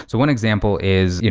so one example is,